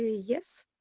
ah yes.